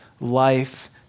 life